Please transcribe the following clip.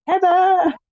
Heather